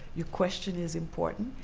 your question is important,